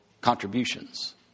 contributions